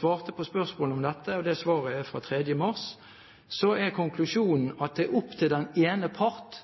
svarte på spørsmål om dette den 3. mars, var konklusjonen at det er opp til den ene part